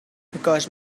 because